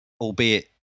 albeit